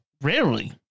rarely